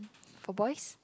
for boys